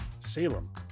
Salem